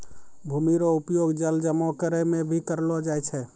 भूमि रो उपयोग जल जमा करै मे भी करलो जाय छै